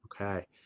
Okay